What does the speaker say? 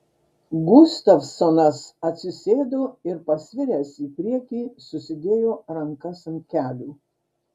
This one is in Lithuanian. gustavsonas atsisėdo ir pasviręs į priekį susidėjo rankas ant kelių